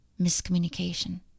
miscommunication